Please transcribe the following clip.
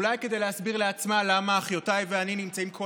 אולי כדי להסביר לעצמה למה אחיותיי ואני נמצאים כל